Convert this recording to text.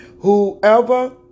Whoever